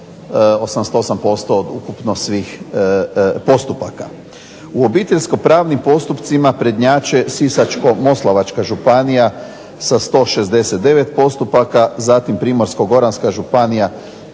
52,88% od ukupno svih postupaka. U obiteljsko-pravnim postupcima prednjače Sisačko-moslavačka županija sa 169 postupaka. Zatim Primorsko-goranska županija